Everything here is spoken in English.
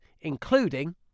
including